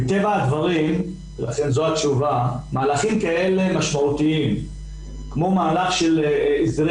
מטבע הדברים לכן זו התשובה מהלכים כאלה משמעותיים כמו מהלך של הסדרי